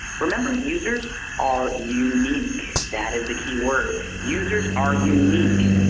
remember, users are unique. that is the key word. users are unique.